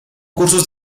cursos